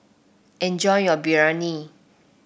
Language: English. enjoy your Biryani